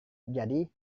jadi